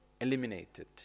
eliminated